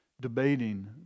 debating